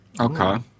Okay